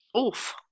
Oof